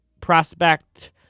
prospect